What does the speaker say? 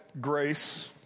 grace